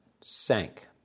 sank